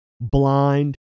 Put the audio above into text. blind